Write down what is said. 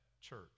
church